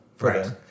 Right